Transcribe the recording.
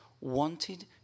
wanted